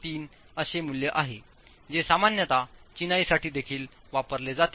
003 असे मूल्य आहे जे सामान्यत चिनाईसाठी देखील वापरले जाते